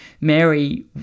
Mary